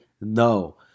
no